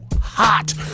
hot